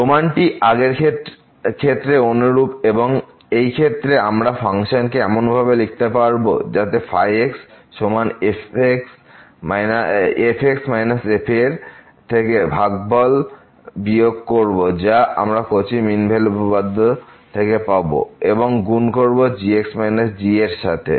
প্রমাণটি আগের ক্ষেত্রে অনুরূপ এবং এই ক্ষেত্রে আমরা ফাংশনকে এমন ভাবে লিখব যাতে ϕ সমান f x f এর থেকে ভাগফল বিয়োগ করবো যা আমরা কচি মিন ভ্যালু উপপাদ্য থেকে পাব এবং গুন করব g x g এর সাথে